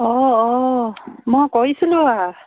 অঁ অঁ মই কৰিছিলোঁ আৰু